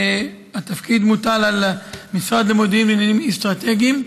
התפקיד מוטל על המשרד למודיעין ועניינים אסטרטגיים.